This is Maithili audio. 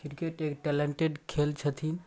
किरकेट एक टैलेन्टेड खेल छथिन